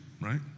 right